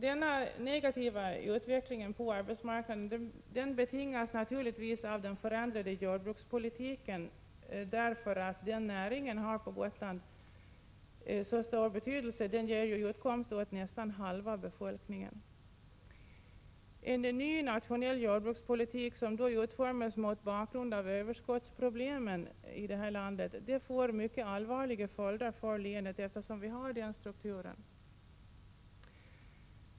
Den negativa utvecklingen på arbetsmarknaden betingas naturligtvis av den förändrade jordbrukspolitiken, eftersom jordbruksnäringen har så stor betydelse för Gotland då den ger utkomst åt nästan halva befolkningen. En ny nationell jordbrukspolitik som utformas mot bakgrund av överskottsproblemen i det här landet får mycket allvarliga följder för länet, eftersom det har denna struktur.